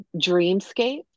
dreamscape